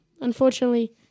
unfortunately